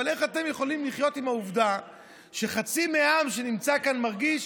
אבל איך אתם יכולים לחיות עם העובדה שחצי מהעם שנמצא כאן מרגיש